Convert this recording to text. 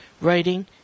writing